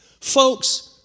Folks